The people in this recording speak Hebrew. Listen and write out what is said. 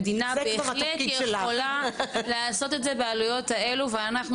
המדינה בהחלט יכולה לעשות את זה בעלויות האלו ואנחנו,